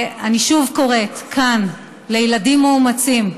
אני שוב קוראת כאן לילדים מאומצים: